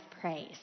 praise